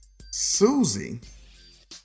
Susie